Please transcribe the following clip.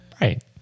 Right